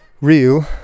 real